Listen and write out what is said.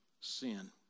sin